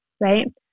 right